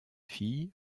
fille